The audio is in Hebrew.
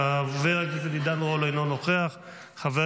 חברי הכנסת, חדל.